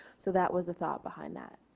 so that was the thought behind that.